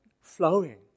flowing